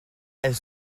elles